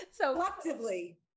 collectively